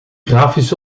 grafisch